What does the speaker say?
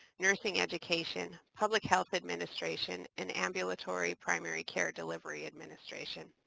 nursing education, public health administration, and ambulatory primary care delivery administration.